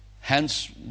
Hence